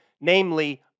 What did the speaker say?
namely